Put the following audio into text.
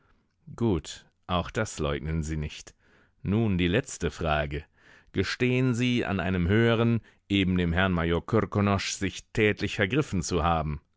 gut auch das leugnen sie nicht nun die letzte frage gestehen sie an einem höheren eben dem herrn major krkonosch sich tätlich vergriffen zu haben